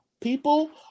people